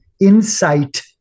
insight